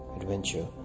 adventure